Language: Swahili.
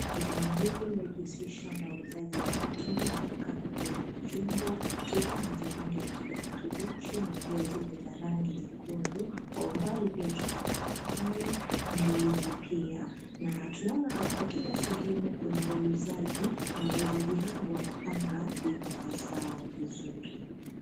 Vibanda hivi vimejihusisha na uuzaji wa matunda kama vile machungwa, tufaa za rangi ya kijani kibichi na pia zile za rangi nyekundu kwa umbali pia tunaona pipai ndizi pia na tunaona katika kila sehemu kuna wauzaji, na wauzaji hawa wanapanga bidhaa zao vizuri.